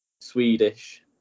Swedish